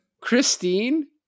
Christine